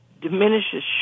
diminishes